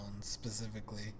specifically